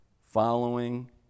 following